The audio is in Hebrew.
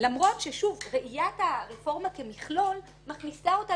למרות ששוב ראיית הרפורמה כמכלול מכניסה אותה